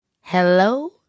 Hello